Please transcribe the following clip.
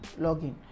login